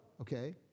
okay